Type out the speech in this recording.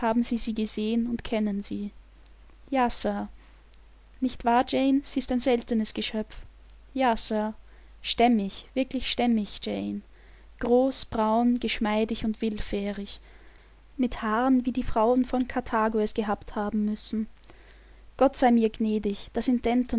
haben sie sie gesehen und kennen sie ja sir nicht wahr jane sie ist ein seltenes geschöpf ja sir stämmig wirklich stämmig jane groß braun geschmeidig und willfährig mit haaren wie die frauen von karthago es gehabt haben müssen gott sei mir gnädig da